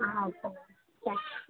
ಹಾಂ okay okay thanks